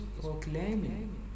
proclaiming